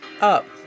up